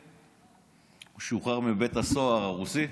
הוא שוחרר מבית הסוהר הרוסי.